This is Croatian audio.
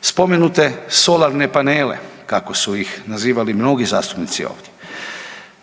spomenute solarne panele kako su ih nazivali mnogi zastupnici ovdje.